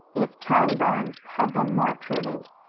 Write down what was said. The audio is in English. if tom burns had been more prudent,